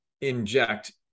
inject